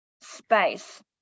space